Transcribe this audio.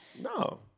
No